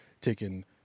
taken